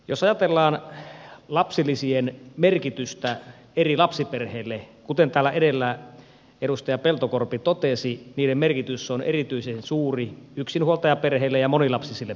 jos ajatellaan lapsilisien merkitystä eri lapsiperheille niin kuten täällä edellä edustaja peltokorpi totesi niiden merkitys on erityisen suuri yksinhuoltajaperheille ja monilapsisille perheille